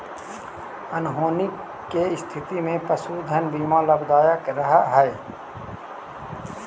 अनहोनी के स्थिति में पशुधन बीमा लाभदायक रह हई